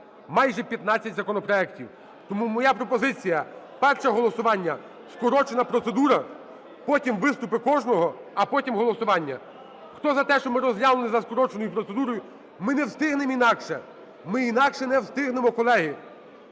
законопроектів. Тому моя пропозиція: перше голосування – скорочена процедура, потім виступи кожного, а потім голосування. Хто за те, щоб ми розглянули за скороченою процедурою? Ми не встигнемо інакше, ми інакше не встигнемо, колеги,